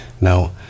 Now